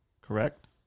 correct